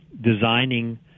designing